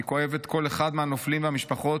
אני כואבת כל אחד מהנופלים והמשפחות